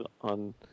on